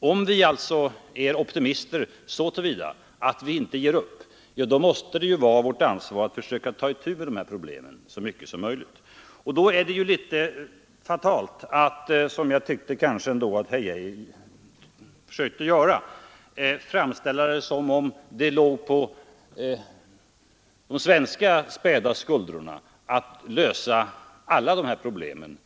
om vi alltså är optimister i den meningen att vi inte ger upp, måste det vara vårt ansvar att försöka ta itu med de här problemen så mycket som möjligt. Då är det ju litet fatalt att herr Geijer tycktes framställa saken som om det låg på de späda svenska skuldrorna att lösa alla de här problemen.